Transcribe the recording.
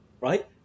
right